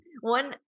one